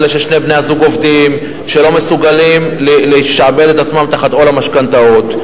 אלה ששני בני-הזוג עובדים ולא מסוגלים לשעבד את עצמם תחת עול המשכנתאות.